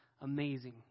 amazing